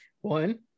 one